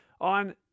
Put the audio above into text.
on